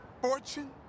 Fortune